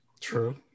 True